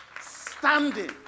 standing